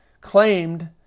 claimed